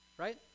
Right